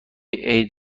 عید